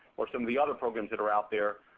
or some of the other programs that are out there.